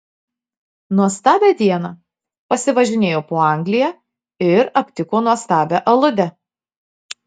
nuostabią dieną pasivažinėjo po angliją ir aptiko nuostabią aludę